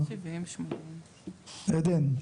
עדן,